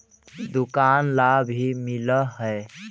दुकान ला भी मिलहै?